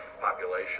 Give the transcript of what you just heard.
population